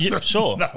Sure